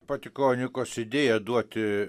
pati kronikos idėja duoti